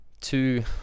two